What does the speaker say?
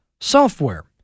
software